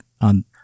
on